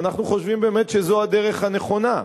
ואנחנו חושבים באמת שזו הדרך הנכונה,